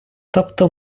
тобто